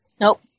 Nope